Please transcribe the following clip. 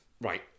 Right